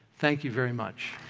thank you very much.